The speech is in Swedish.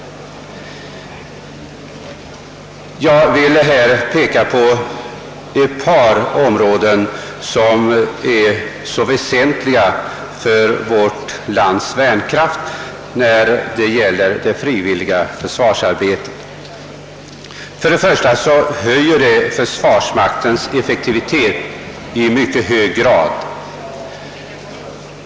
Jag vill här peka på ett par områden, som är väsentliga för vårt lands värnkraft och där frivilligt försvarsarbete bedrives. Detta arbete höjer försvarsmaktens reella effektivitet i mycket hög grad.